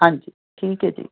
ਹਾਂਜੀ ਠੀਕ ਹੈ ਜੀ